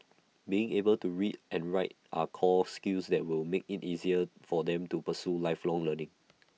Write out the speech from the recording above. being able to read and write are core skills that will make IT easier for them to pursue lifelong learning